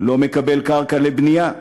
לא מקבל קרקע לבנייה,